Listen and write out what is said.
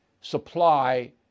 supply